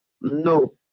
No